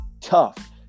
tough